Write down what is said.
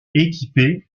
équipée